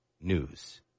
news